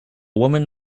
woman